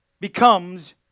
becomes